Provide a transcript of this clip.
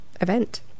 event